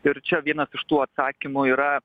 ir čia vienas iš tų atsakymų yra